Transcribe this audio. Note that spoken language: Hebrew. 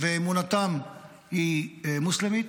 ואמונתם היא מוסלמית,